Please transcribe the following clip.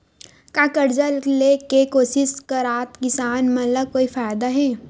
का कर्जा ले के कोशिश करात किसान मन ला कोई फायदा हे?